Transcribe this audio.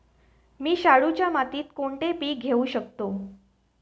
मी शाडूच्या मातीत कोणते पीक घेवू शकतो?